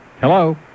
Hello